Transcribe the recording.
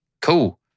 cool